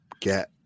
get